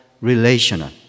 relational